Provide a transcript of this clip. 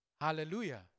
Hallelujah